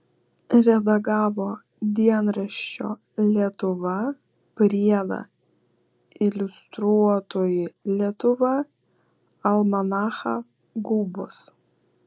redagavo dienraščio lietuva priedą iliustruotoji lietuva almanachą gubos